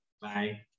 Bye